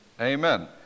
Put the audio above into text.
Amen